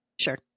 Sure